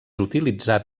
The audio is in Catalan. utilitzat